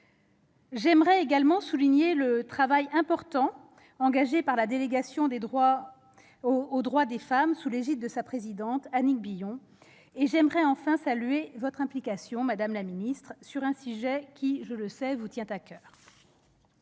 Je souhaite également souligner le travail important engagé par la délégation aux droits des femmes, sous l'égide de sa présidente, Annick Billon, et, enfin, saluer votre implication, madame la secrétaire d'État, sur un sujet, qui, je le sais, vous tient à coeur.